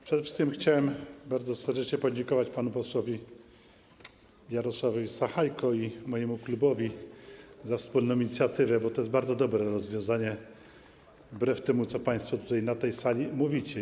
Przede wszystkim chciałbym bardzo serdecznie podziękować panu posłowi Jarosławowi Sachajce i mojemu klubowi za wspólną inicjatywę, bo to jest bardzo dobre rozwiązanie, wbrew temu, co państwo na tej sali mówicie.